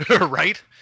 Right